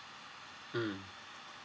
mm